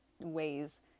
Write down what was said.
ways